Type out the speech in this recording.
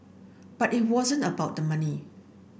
but it wasn't about the money